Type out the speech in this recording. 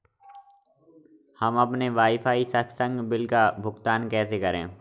हम अपने वाईफाई संसर्ग बिल का भुगतान कैसे करें?